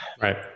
Right